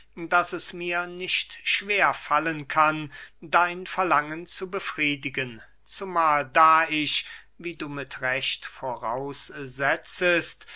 daß es mir nicht schwer fallen kann dein verlangen zu befriedigen zumahl da ich wie du mit recht